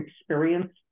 experience